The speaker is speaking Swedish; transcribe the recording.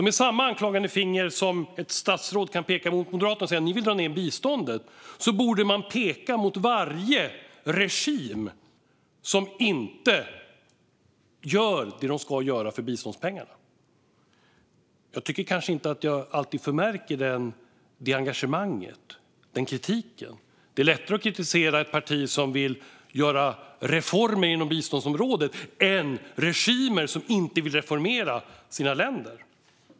Med samma anklagande finger som ett statsråd kan peka mot Moderaterna och säga "Ni vill dra ned biståndet" borde man peka mot varje regim som inte gör det de ska göra för biståndspengarna. Jag tycker kanske inte att jag alltid märker ett sådant engagemang eller en sådan kritik. Det är lättare att kritisera ett parti som vill göra reformer på biståndsområdet än regimer som inte vill reformera sina länder.